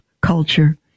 culture